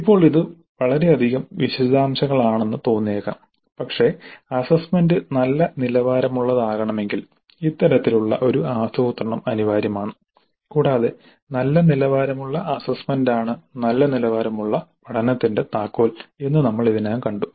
ഇപ്പോൾ ഇത് വളരെയധികം വിശദാംശങ്ങളാണെന്ന് തോന്നിയേക്കാം പക്ഷേ അസ്സസ്സ്മെന്റ് നല്ല നിലവാരമുള്ളതാകണമെങ്കിൽ ഇത്തരത്തിലുള്ള ഒരു ആസൂത്രണം അനിവാര്യമാണ് കൂടാതെ നല്ല നിലവാരമുള്ള അസ്സസ്സ്മെന്റാണ് നല്ല നിലവാരമുള്ള പഠനത്തിന്റെ താക്കോൽ എന്ന് നമ്മൾ ഇതിനകം കണ്ടു